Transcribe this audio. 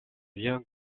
vient